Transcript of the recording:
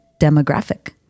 demographic